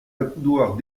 accoudoirs